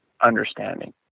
understanding